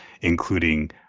including